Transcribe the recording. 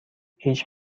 هیچ